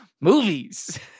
movies